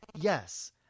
Yes